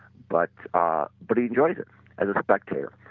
but ah but he enjoys it as a spectator.